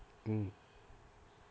mm